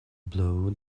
blow